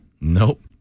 Nope